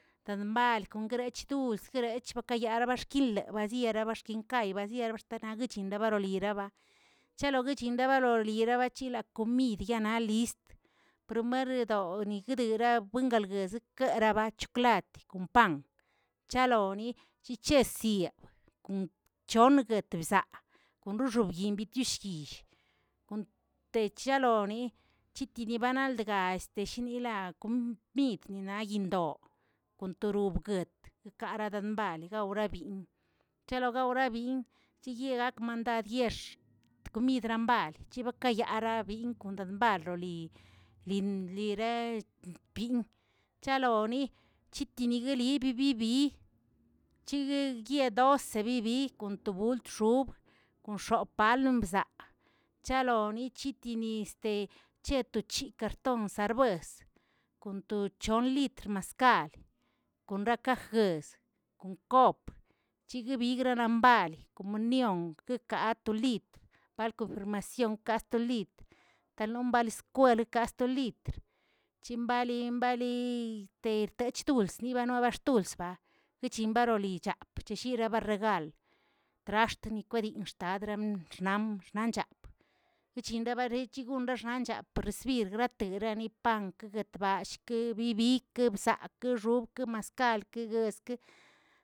Dan bal kon gregch gusguekerech baxkileꞌ baazierya kinkay barzierebay agachin dibaroliya, charo kachinta baroliya wachi la komid ya alist promerdoꞌo guedaragwingal guesiqueraba chiklati con pam, chaloni chichesiyaꞌ chonguetzebzaa konoxobyin bit chyill, kontechaloni chitinibanaldga este shinilaꞌa komid niniallindo kontorobguet wikarabandali awrabin, chalo gawrabin chiyegak mandan yex tokomibandrali chiba kayarabin kundambarloli lin lirepin chaloni chitini gulibi yibii chiguiyedo'o chsebibi tubult xob wxonpalozaꞌ chalon chitini este chetoxchi karton serbues, kon to chon litr maskal, kon rakaj jez, un kop chigribiguinan bal komuniong, kaꞌa to litr par konfirmacion tas tolitr, kalon baliskwel to litr, chimbali bali iterterchduls nobaxtulsba guichinbarolichaꞌa perchishira barragal, traxt nikwedin xtadram xnan- xnanchaꞌa wichinbarradalanchaꞌa perr bir gratanae kongueꞌ guetballꞌ yebibi bigbsakꞌə rubkeꞌ maskal, ke jezkeꞌ.